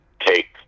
take